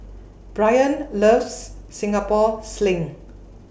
Brian loves Singapore Sling